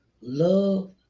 love